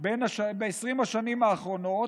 ב-20 השנים האחרונות,